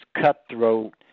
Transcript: cutthroat